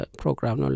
program